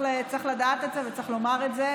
צריך לדעת את זה וצריך לומר את זה,